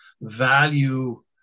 value